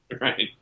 right